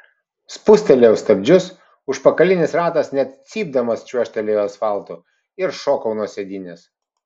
spustelėjau stabdžius užpakalinis ratas net cypdamas čiuožtelėjo asfaltu ir šokau nuo sėdynės